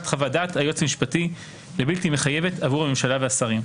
חוות-דעת היועץ המשפטי לבלתי מחייבת עבור הממשלה והשרים: